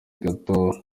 bato